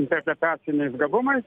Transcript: interpretaciniais gabumais